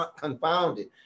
confounded